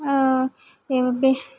बे बे